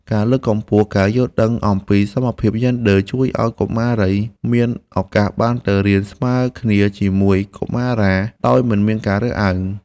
ការលើកកម្ពស់ការយល់ដឹងអំពីសមភាពយេនឌ័រ ជួយឱ្យកុមារីមានឱកាសបានទៅសាលារៀនស្មើគ្នាជាមួយកុមារាដោយមិនមានការរើសអើង។